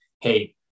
hey